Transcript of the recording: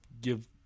give